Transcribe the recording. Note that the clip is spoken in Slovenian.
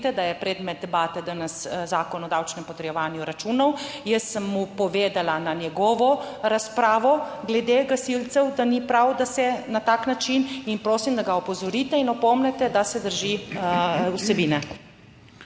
da je predmet debate danes Zakon o davčnem potrjevanju računov. Jaz sem mu povedala na njegovo razpravo glede gasilcev, da ni prav, da se na tak način in prosim, da ga opozorite in opomnite, da se drži vsebine.